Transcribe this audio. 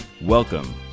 Welcome